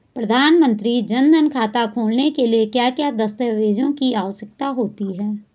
प्रधानमंत्री जन धन खाता खोलने के लिए क्या क्या दस्तावेज़ की आवश्यकता होती है?